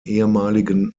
ehemaligen